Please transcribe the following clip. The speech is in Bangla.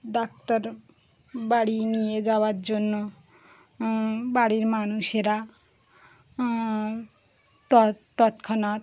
ডাক্তার বাড়ি নিয়ে যাওয়ার জন্য বাড়ির মানুষেরা তৎক্ষণাৎ